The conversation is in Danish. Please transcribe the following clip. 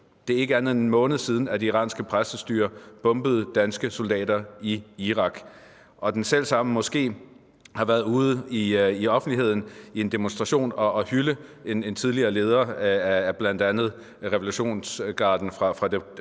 Det er ikke mere end en måned siden, at det iranske præstestyre bombede danske soldater i Irak, og den selv samme moske har været ude i offentligheden i en demonstration og hylde en tidligere leder af bl.a. det iranske